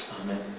Amen